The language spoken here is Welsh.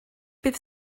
bydd